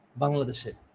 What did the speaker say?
Bangladesh